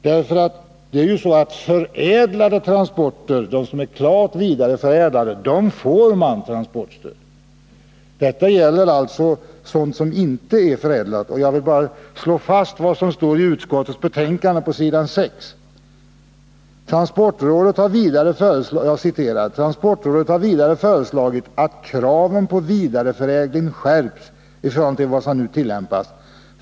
Klart vidareförädlade produkter får transportstöd. Det här gäller alltså sådana produkter som inte är förädlade. Jag vill bara slå fast vad som står i proposition nr 30 på s. 5: ”TPR har vidare föreslagit att kraven på vidareförädling skärps i förhållande till vad som nu tillämpas.